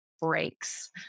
breaks